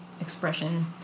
expression